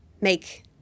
make